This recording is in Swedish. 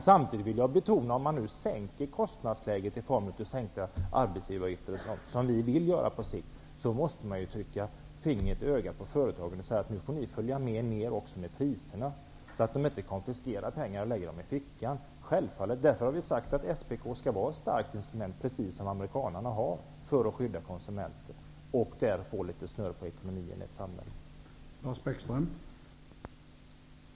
Samtidigt vill jag betona att man, om kostnadsläget sänks i form av minskade arbetsgivaravgifter -- vilket vi på sikt vill skall genomföras -- måste hålla tummen på ögat när det gäller företagen och säga att de får lov att följa med och gå ner i pris. Annars blir det kanske så att pengarna konfiskeras och hamnar i den egna fickan. Därför har vi sagt att SPK skall vara ett starkt instrument, precis som amerikanarnas, för att skydda konsumenterna och därigenom få litet snurr på samhällsekonomin.